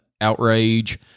outrage